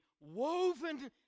woven